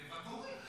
לוואטורי?